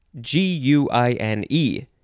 g-u-i-n-e